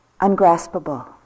ungraspable